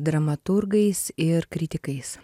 dramaturgais ir kritikais